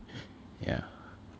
yeah